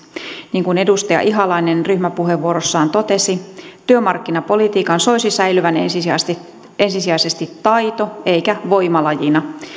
niin kuin edustaja ihalainen ryhmäpuheenvuorossaan totesi työmarkkinapolitiikan soisi säilyvän ensisijaisesti ensisijaisesti taito eikä voimalajina